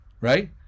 right